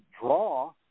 draw